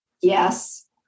Yes